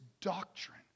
doctrine